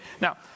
Now